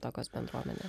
tokios bendruomenės